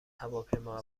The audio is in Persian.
هواپیما